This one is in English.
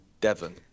Devon